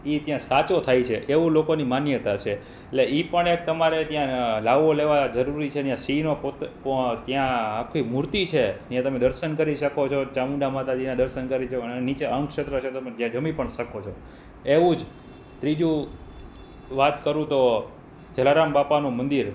એ ત્યાં સાચો થાય છે એવું લોકોની માન્યતા છે એટલે એ પણ એક તમારે ત્યાં લ્હાવો લેવા જરૂરી છે ને ત્યાં સિંહ ત્યાં આખી મૂર્તિ છે એ તમે દર્શન કરી શકો છો ચામુંડા માતાજીનાં દર્શન કરી શકો અને નીચે અન્નક્ષેત્ર છે તમે ત્યાં જમી પણ શકો છો એવું જ ત્રીજું વાત કરું તો જલારામ બાપાનું મંદિર